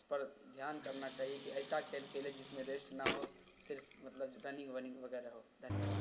اس پر دھیان کرنا چاہیے کہ ایسا کھیل کھیلے جس میں ریسٹ نہ ہو صرف مطلب رننگ وننگ وغیرہ ہو دھنیہ واد